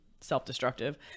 self-destructive